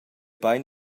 bein